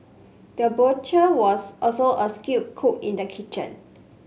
the butcher was also a skilled cook in the kitchen